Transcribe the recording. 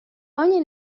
ogni